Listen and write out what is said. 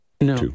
No